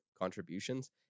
contributions